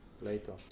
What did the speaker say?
later